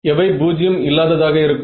எவை பூஜ்ஜியம் இல்லாததாக இருக்கும்